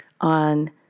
on